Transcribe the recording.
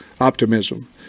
optimism